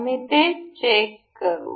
आम्ही हे चेक करू